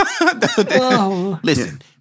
Listen